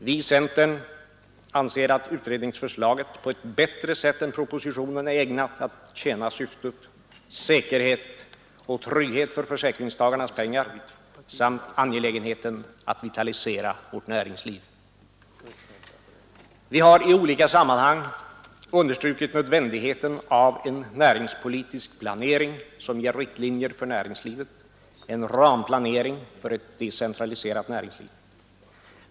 Vi i centern anser att utredningsförslaget på ett bättre sätt än propositionen är ägnat att tjäna syftet: säkerhet och trygghet för försäkringstagarnas pengar samt angelägenheten att vitalisera vårt näringsliv. Vi har i olika sammanhang understrukit nödvändigheten av en näringspolitisk planering som ger riktlinjer för näringslivet — en ramplanering för ett decentraliserat näringsliv.